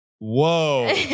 Whoa